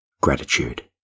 gratitude